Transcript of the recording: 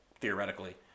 theoretically